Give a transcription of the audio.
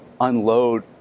unload